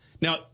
Now